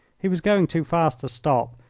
he was going too fast to stop,